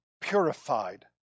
purified